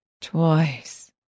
twice